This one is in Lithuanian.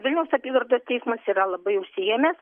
vilniaus apygardos teismas yra labai užsiėmęs